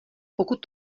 pokud